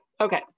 Okay